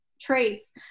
traits